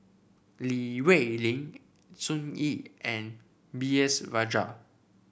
Li Rulin Sun Yee and B S Rajhans